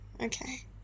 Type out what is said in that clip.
okay